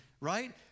right